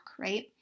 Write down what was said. right